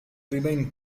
remain